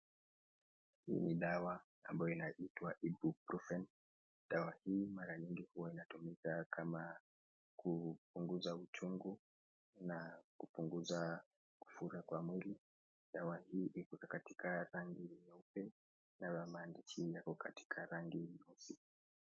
Hii ni dawa ambayo inaitwa Ibuprofen. Dawa hii mara nyingi huwa inatumika kama kupunguza uchungu na kupunguza kufura kwa mwili. Dawa hii iko katika rangi nyeupe nayo maandishi yako katika rangi nyeusi.